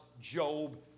Job